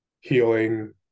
Healing